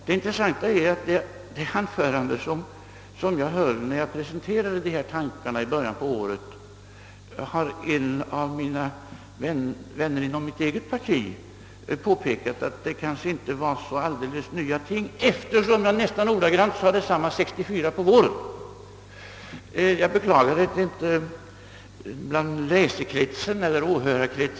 Det intressanta är att beträffande det anförande som jag höll när jag presenterade de här tankarna i början på året har en av mina vänner inom mitt eget parti påpekat att det inte var helt nya ting, eftersom jag nästan ordagrant sade detsamma 1964 på våren.